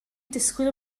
disgwyl